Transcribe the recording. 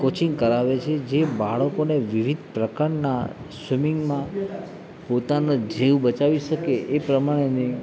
coaching કરાવે છે જે બાળકોને વિવિધ પ્રકારના સ્વિમિંગમાં પોતાનો જીવ બચાવી શકે એ પ્રમાણેની